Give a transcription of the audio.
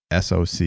SOC